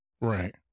Right